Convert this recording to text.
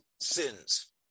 sins